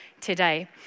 today